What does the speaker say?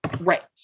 Right